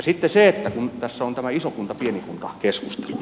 sitten se että kun tässä on tämä isokuntapienikunta keskustelu